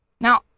Now